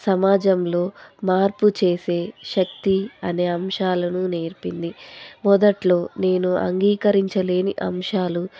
సమాజంలో మార్పు చేసే శక్తి అనే అంశాలను నేర్పింది మొదట్లో నేను అంగీకరించలేని అంశాలు